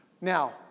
Now